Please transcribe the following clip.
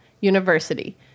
University